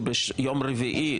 שביום רביעי,